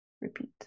Repeat